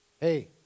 hey